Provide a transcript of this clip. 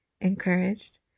encouraged